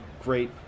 great